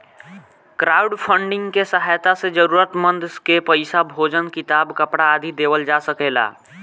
crowdfunding के सहायता से जरूरतमंद के पईसा, भोजन किताब, कपरा आदि देवल जा सकेला